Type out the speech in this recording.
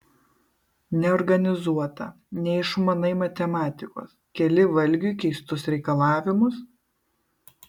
neorganizuota neišmanai matematikos keli valgiui keistus reikalavimus